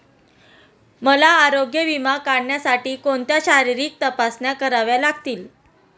मला आरोग्य विमा काढण्यासाठी कोणत्या शारीरिक तपासण्या कराव्या लागतील?